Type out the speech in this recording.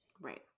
Right